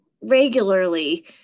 regularly